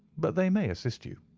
but they may assist you.